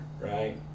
right